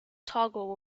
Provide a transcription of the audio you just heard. toggle